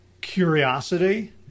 curiosity